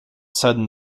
sudden